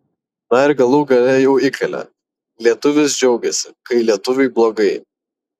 na ir galų gale jau įkalė lietuvis džiaugiasi kai lietuviui blogai